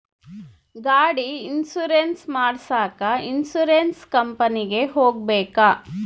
ಗಾಡಿ ಇನ್ಸುರೆನ್ಸ್ ಮಾಡಸಾಕ ಇನ್ಸುರೆನ್ಸ್ ಕಂಪನಿಗೆ ಹೋಗಬೇಕಾ?